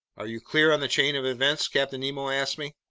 are you clear on the chain of events? captain nemo asked me.